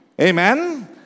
Amen